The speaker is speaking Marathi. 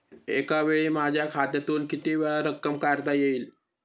एकावेळी माझ्या खात्यातून कितीवेळा रक्कम काढता येईल?